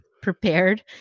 prepared